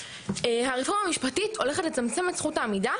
הרפורמה המשפטית הולכת לצמצם את זכות העמידה,